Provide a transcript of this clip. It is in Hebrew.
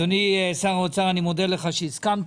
אדוני שר האוצר, אני מודה לך שהסכמת.